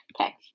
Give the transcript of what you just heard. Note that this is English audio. okay